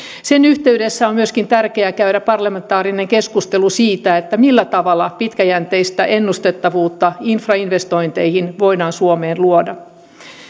sen yhteydessä on tärkeää myöskin käydä parlamentaarinen keskustelu siitä millä tavalla pitkäjänteistä ennustettavuutta infrainvestointeihin voidaan suomeen luoda